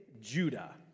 Judah